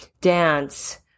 dance